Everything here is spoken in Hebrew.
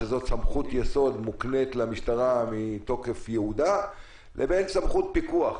שזאת סמכות יסוד מוקנית למשטרה מתוקף ייעודה לבין סמכות פיקוח.